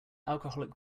alcoholic